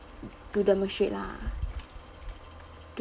to demonstrate lah